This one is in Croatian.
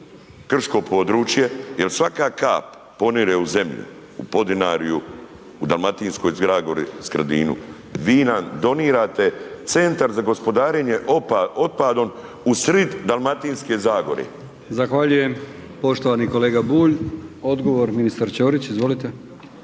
krško područje jel svaka kap ponire u zemlju, u Podinarju, u Dalmatinskoj zagori, Skradinu, vi nam donirate Centar za gospodarenjem otpadom u srid Dalmatinske zagore. **Brkić, Milijan (HDZ)** Zahvaljujem poštovani kolega Bulj. Odgovor ministar Ćorić, izvolite.